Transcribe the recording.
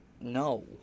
No